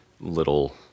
little